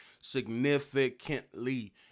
significantly